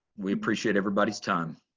we appreciate everybody's time.